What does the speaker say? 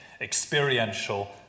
experiential